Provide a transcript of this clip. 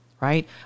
right